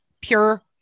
pure